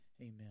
amen